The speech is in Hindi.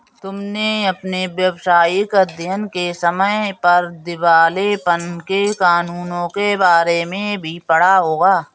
तुमने अपने व्यावसायिक अध्ययन के समय पर दिवालेपन के कानूनों के बारे में भी पढ़ा होगा